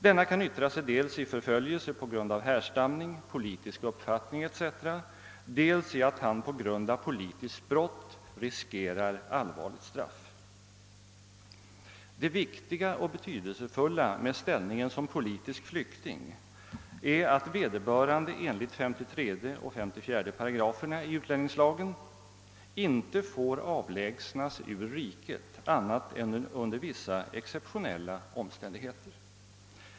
Denna kan yttra sig dels i förföljelse på grund av härstamning, politisk uppfattning etc., dels i att vederbörande på grund av politiskt brott riskerar allvarligt straff. Det viktiga med ställningen som politisk flykting är att vederbörande enligt 33 och 54 §§ utlänningslagen inte får avlägsnas ur riket annat än under vissa exceptionella omständigheter.